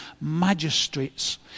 magistrates